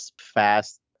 fast